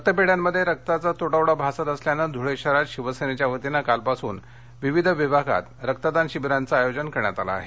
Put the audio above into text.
रक्तपेढ्यांमध्ये रक्ताचा तुटवडा भासत असल्याने धुळे शहरात शिवसेनेच्या वतीने काल पासून विविध भागात रक्तदान शिविरांचे आयोजन करण्यात आले आहे